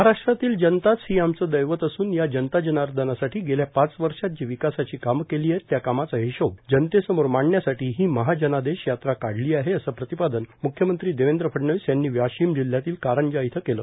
महाराष्ट्रातील जनताच ही आमचं दैवत असून या जनता जनार्धनासाठी गेल्या पाच वर्षात जी विकासाची काम केली आहेत त्या कामाचा हिशोब जनतेसमोर मांडण्यासाठी ही महाजनादेश यात्रा काढली आहे असं प्रतिपादन म्ख्यमंत्री देवेंद्र फडणवीस यांनी वाशिम जिल्ह्यातील कारंजा इथं केलं